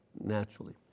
naturally